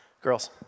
Girls